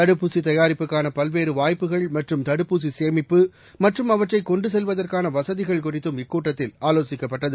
தடுப்பூசி தயாரிப்புக்கான பல்வேறு வாய்ப்புகள் மற்றும் தடுப்பூசி சேமிப்பு மற்றும் அவற்றை கொண்டுச் செல்வதற்கான வசதிகள் குறித்தும் இக்கூட்டத்தில் ஆலோசிக்கப்பட்டது